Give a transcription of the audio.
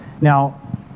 Now